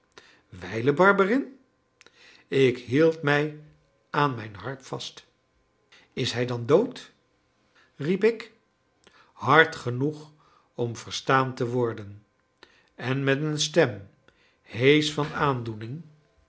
wijlen barberin ik hield mij aan mijn harp vast is hij dan dood riep ik hard genoeg om verstaan te worden en met een stem heesch van aandoening